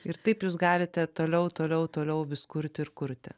ir taip jūs galite toliau toliau toliau vis kurti ir kurti